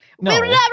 No